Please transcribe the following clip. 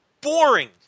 boring